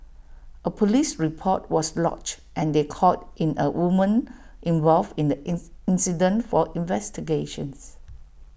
A Police report was lodged and they called in A woman involved in the ins incident for investigations